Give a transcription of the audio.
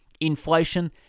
Inflation